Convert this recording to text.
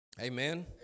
Amen